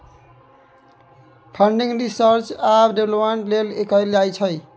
funding research आ development लेल कएल जाइ छै